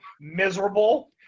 miserable